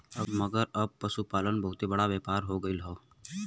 मगर अब पसुपालन बहुते बड़का व्यापार हो गएल हौ